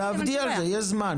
תעבדי על זה, יש זמן.